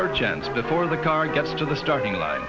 her chance before the car gets to the starting line